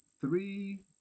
three